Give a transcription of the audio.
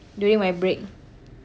during my break